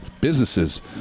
businesses